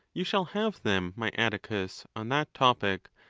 you shall have them, my atticus, on that topic,